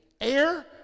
Air